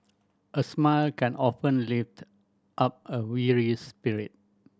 a smile can often lift up a weary spirit